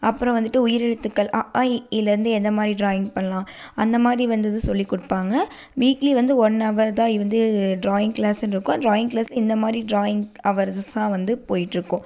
அப்பறம் வந்துட்டு உயிர் எழுத்துக்கள் அஆஇஈலருந்து எந்தமாதிரி ட்ராயிங் பண்ணலாம் அந்தமாதிரி வந்தது சொல்லி கொடுப்பாங்க வீக்லி வந்து ஒன் ஹவர் தான் வந்து ட்ராயிங் க்ளாஸ்ஸுன்ருக்கும் ட்ராயிங் க்ளாஸ் இந்தமாதிரி ட்ராயிங் ஹவர்ஸ் தான் வந்து போயிட்டுருக்கும்